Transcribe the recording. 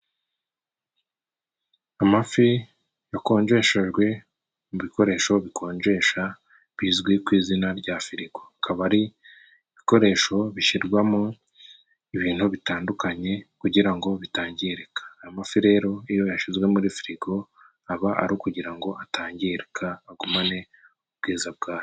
Amafi yakonjeshejwe mu bikoresho bikonjesha bizwi ku izina rya firigo. Akaba ari ibikoresho bishyirwamo ibintu bitandukanye kugira ngo bitangirika. Amafi rero iyo yashizwe muri firigo, aba ari ukugira ngo atangirika, agumane ubwiza bwa yo.